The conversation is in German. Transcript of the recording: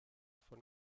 von